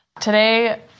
Today